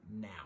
now